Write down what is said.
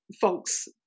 folks